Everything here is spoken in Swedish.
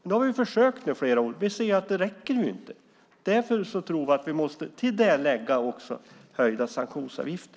Nu har vi försökt med det i flera år och ser att det inte räcker, och därför tror vi att vi även måste lägga till höjda sanktionsavgifter.